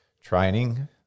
training